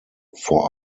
vor